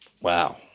Wow